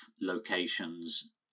locations